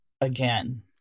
again